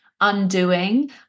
undoing